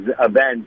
events